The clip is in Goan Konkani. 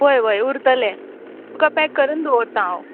होय होय उरतलें तुका पेक करून दवरता हांव